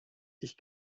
ich